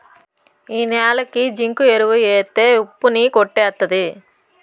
ఈ న్యాలకి జింకు ఎరువు ఎత్తే ఉప్పు ని కొట్టేత్తది